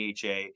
DHA